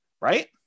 right